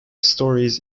stories